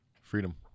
Freedom